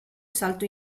salto